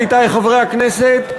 עמיתי חברי הכנסת,